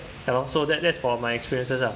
ya lor so that that's for my experiences lah